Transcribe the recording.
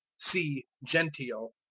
see genteel.